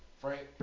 Frank